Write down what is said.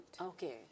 Okay